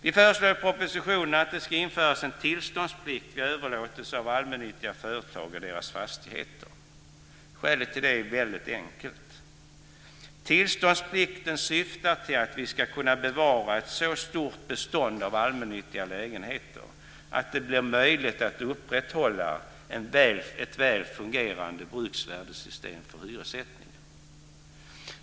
I propositionen föreslår vi också att det ska införas en tillståndsplikt vid överlåtelse av allmännyttiga företag och deras fastigheter. Skälet till det är väldigt enkelt. Syftet med tillståndsplikten är att vi ska kunna bevara ett så stort bestånd av allmännyttiga lägenheter att det blir möjligt att upprätthålla ett väl fungerande bruksvärdessystem för hyressättning.